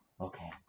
okay